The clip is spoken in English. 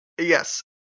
Yes